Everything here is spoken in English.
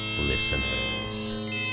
listeners